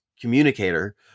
communicator